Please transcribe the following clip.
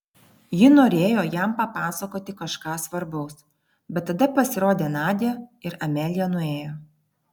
ji norėjo jam papasakoti kažką svarbaus bet tada pasirodė nadia ir amelija nuėjo